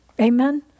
amen